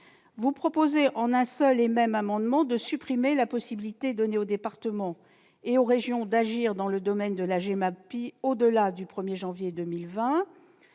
vous proposez, en une seule et même disposition, de supprimer la possibilité donnée aux départements et aux régions d'agir dans le domaine de la GEMAPI au-delà du 1 janvier 2020,